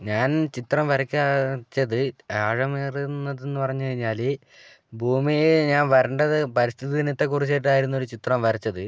ഞാൻ ചിത്രം വരയ്ക്കാച്ചത് ആഴമേറിയതെന്ന് പറഞ്ഞ്കഴിഞ്ഞാല് ഭൂമിയെ ഞാൻ വരണ്ടത് വരച്ചത് പരിസ്ഥിതി ദിനത്തെ കുറിച്ചിട്ടായിരുന്നു ഒരു ചിത്രം വരച്ചത്